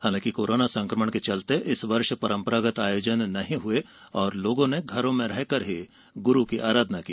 हालांकि कोरोना संकमण के चलते इस वर्ष परंपरागत आयोजन नहीं हुए और लोगों ने घरों में रहकर ही गुरू की आराधना की